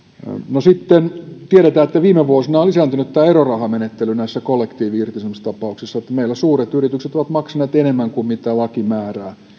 sitten tiedetään että viime vuosina on lisääntynyt tämä erorahamenettely näissä kollektiivi irtisanomistapauksissa että meillä suuret yritykset ovat maksaneet enemmän kuin mitä laki määrää ne